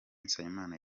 nsabimana